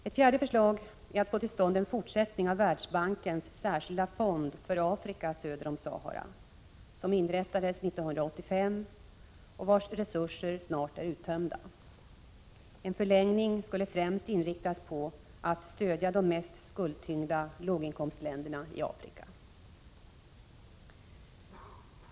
Ett fjärde förslag är att få till stånd en fortsättning av Världsbankens särskilda fond för Afrika söder om Sahara, som inrättades 1985 och vars resurser snart är uttömda. En förlängning skulle främst inriktas på att stödja de mest skuldtyngda låginkomstländerna i Afrika.